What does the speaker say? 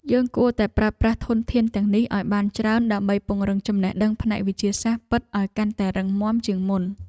យើងគួរតែប្រើប្រាស់ធនធានទាំងនេះឱ្យបានច្រើនដើម្បីពង្រឹងចំណេះដឹងផ្នែកវិទ្យាសាស្ត្រពិតឱ្យកាន់តែរឹងមាំជាងមុន។